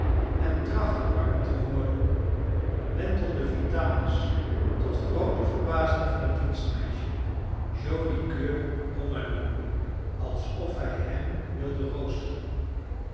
en trachtte warm te worden wentelde vitalis tot groote verbazing van het dienstmeisje joli coeur om en om alsof hij hem wilde roosteren